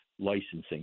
licensing